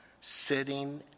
sitting